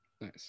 Nice